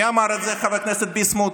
מי אמר את זה, חבר הכנסת ביסמוט?